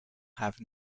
have